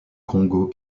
congo